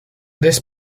this